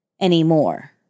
anymore